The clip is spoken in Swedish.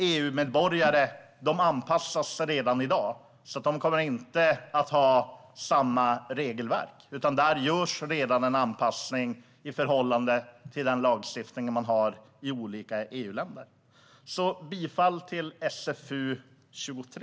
EU-medborgare anpassas redan i dag, och de kommer inte att omfattas av samma regelverk. För dem görs redan en anpassning i förhållande till den lagstiftning som man har i olika EU-länder. Jag yrkar bifall till förslaget i socialförsäkringsutskottets betänkande 23.